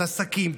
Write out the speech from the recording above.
עסקים,